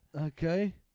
Okay